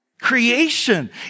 Creation